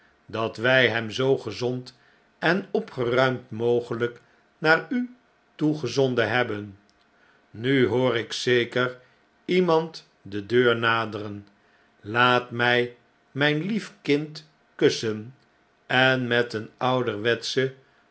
dat wjj hem zoo gezond en opgeruimd raogelijk naar u toegezonden hebben nu hoor ik zeker iemand de deur naderen laat mj mijn lief kind kussen en met een ouderwetschen